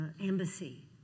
embassy